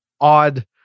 odd